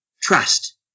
Trust